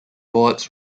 boards